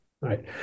right